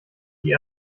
die